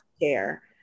care